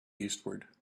eastward